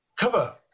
cover